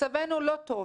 מצבנו לא טוב,